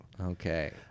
Okay